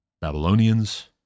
Babylonians